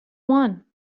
one